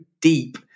deep